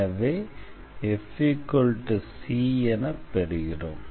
எனவே f c என பெறுகிறோம்